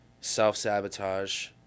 self-sabotage